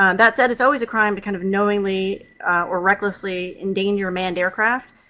um that said, it's always a crime to kind of knowingly or recklessly endanger a manned aircraft,